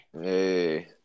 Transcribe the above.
Hey